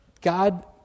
God